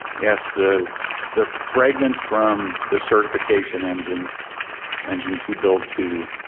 yes, the the fragment from the certification engine engine to build to